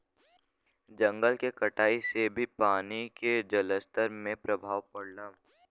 जंगल के कटाई से भी पानी के जलस्तर में प्रभाव पड़ला